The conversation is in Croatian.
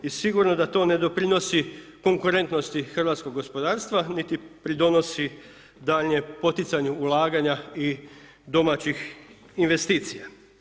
I sigurno da to ne doprinosi konkurentnosti hrvatskog gospodarstva niti pridonosi daljnjem poticanju ulaganja i domaćih investicija.